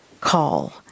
call